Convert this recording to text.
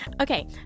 Okay